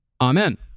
Amen